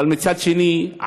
אבל מצד שני,